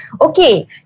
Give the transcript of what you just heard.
Okay